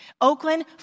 Oakland